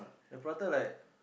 the prata like